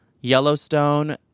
Yellowstone